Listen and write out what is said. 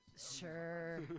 Sure